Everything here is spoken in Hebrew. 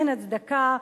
אין הצדקה.